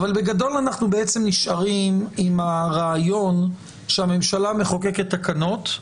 אבל בגדול אנחנו נשארים עם הרעיון שהממשלה מחוקקת תקנות,